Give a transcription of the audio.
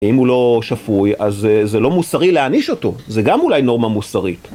אם הוא לא שפוי, אז זה לא מוסרי להעניש אותו, זה גם אולי נורמה מוסרית.